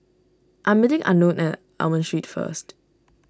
I am meeting Unknown at Almond Street first